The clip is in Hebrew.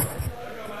רגע.